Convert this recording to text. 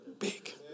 Big